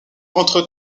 entre